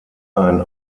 ein